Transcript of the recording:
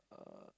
uh